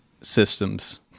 systems